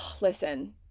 listen